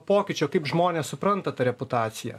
pokyčio kaip žmonės supranta tą reputaciją